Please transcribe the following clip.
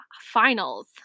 finals